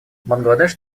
бангладеш